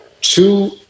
two